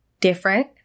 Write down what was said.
different